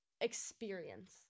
experience